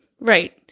right